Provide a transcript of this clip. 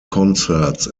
concerts